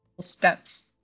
steps